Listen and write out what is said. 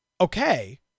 Okay